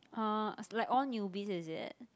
ah it's like all newbies is it